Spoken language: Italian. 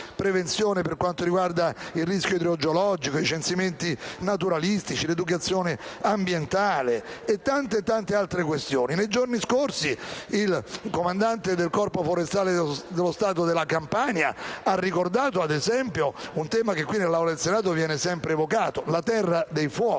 per quanto riguarda il rischio idrogeologico, i censimenti naturalistici, l'educazione ambientale e tante altre questioni. Nei giorni scorsi, il comandante del Corpo forestale dello Stato della Campania ha ricordato - ad esempio - un tema che, nell'Aula del Senato, viene spesso evocato, ovvero la terra dei fuochi